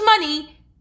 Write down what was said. money